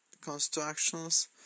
constructions